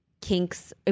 kinks